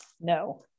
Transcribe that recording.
No